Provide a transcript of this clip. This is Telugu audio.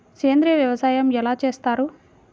సేంద్రీయ వ్యవసాయం ఎలా చేస్తారు?